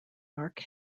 mark